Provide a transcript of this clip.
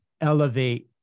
elevate